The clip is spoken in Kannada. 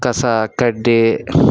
ಕಸ ಕಡ್ಡಿ